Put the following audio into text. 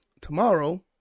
tomorrow